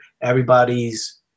everybody's